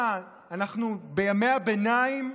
מה, אנחנו בימי הביניים?